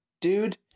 dude